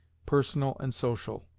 personal and social.